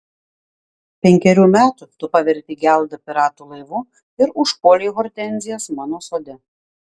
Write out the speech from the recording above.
penkerių metų tu pavertei geldą piratų laivu ir užpuolei hortenzijas mano sode